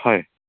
হয়